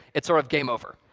it's sort of game over.